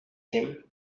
him